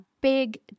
big